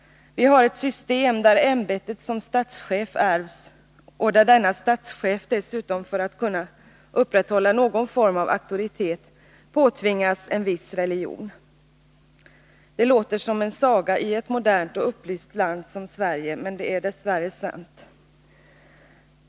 Vi har ett system där ämbetet som statschef ärvs och där denna statschef dessutom, för att kunna upprätthålla någon form av auktoritet, påtvingas en viss religion. Det låter som en saga i ett modernt och upplyst land som Sverige, men det är dess värre sant.